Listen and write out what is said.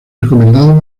recomendados